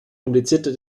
komplizierter